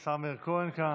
השר מאיר כהן כאן.